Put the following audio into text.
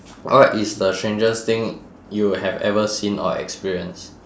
what is the strangest thing you have ever seen or experienced